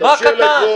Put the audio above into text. מה קטן?